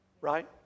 right